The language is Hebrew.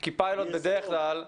כי פיילוט בדרך כלל,